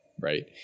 Right